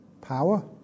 power